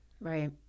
right